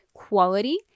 quality